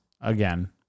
again